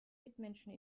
mitmenschen